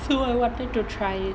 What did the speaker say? so I wanted to try it